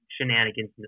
shenanigans